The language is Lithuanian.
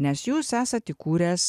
nes jūs esat įkūręs